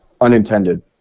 Unintended